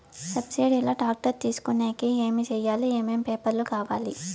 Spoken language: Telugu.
సబ్సిడి లో టాక్టర్ తీసుకొనేకి ఏమి చేయాలి? ఏమేమి పేపర్లు కావాలి?